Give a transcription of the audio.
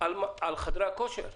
על חדרי הכושר.